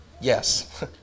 yes